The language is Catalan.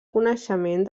coneixement